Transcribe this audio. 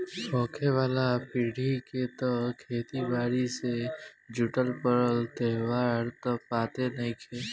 होखे वाला पीढ़ी के त खेती बारी से जुटल परब त्योहार त पते नएखे